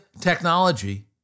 technology